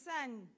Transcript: Son